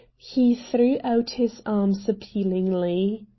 he threw out his arms appealingly.